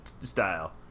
style